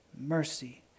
mercy